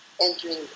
entering